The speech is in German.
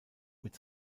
mit